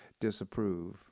disapprove